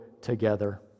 together